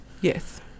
Yes